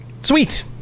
Sweet